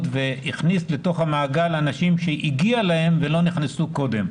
והכניס לתוך המעגל אנשים שהגיע להם ולא נכנסו קודם.